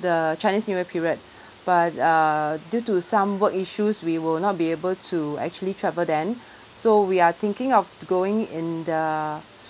the chinese new year period but err due to some work issues we will not be able to actually travel then so we are thinking of to going in the